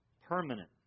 permanent